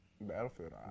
Battlefield